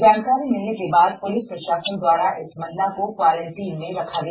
जानकारी मिलने के बाद पुलिस प्रशासन द्वारा इस महिला को क्वॉरेंटीन में रखा गया